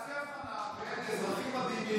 תעשי הבחנה בין אזרחים מדהימים לבין יהודים.